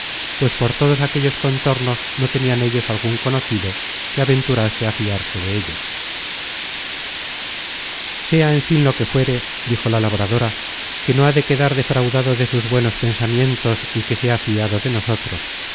pues por todos aquellos contornos no tenian ellos algun conocido que aventurase á fiarse dellos sea en fin lo que fuere dijo la labradora que no ha de quedar defraudado de sus buenos pensamientos el que se ha fiado de nosotros